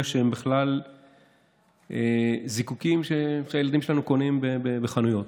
שהם בכלל זיקוקים שהילדים שלנו קונים בחנויות.